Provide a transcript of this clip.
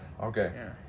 okay